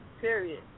Period